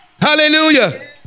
Hallelujah